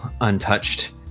untouched